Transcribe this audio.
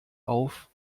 auf